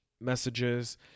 messages